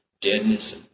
deadness